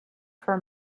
for